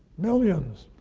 millions,